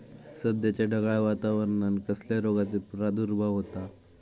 सध्याच्या ढगाळ वातावरणान कसल्या रोगाचो प्रादुर्भाव होता?